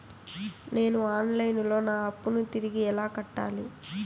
నేను online లో నా అప్పును తిరిగి ఎలా కట్టాలి?